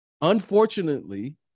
unfortunately